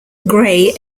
gray